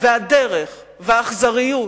והדרך והאכזריות